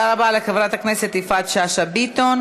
תודה רבה לחברת הכנסת יפעת שאשא ביטון.